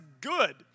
good